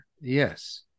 yes